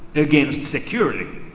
against security.